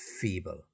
feeble